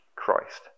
Christ